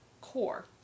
core